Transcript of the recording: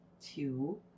Two